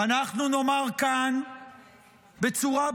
ואנחנו נאמר כאן בצורה ברורה: